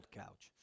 couch